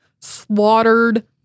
slaughtered